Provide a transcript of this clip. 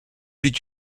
did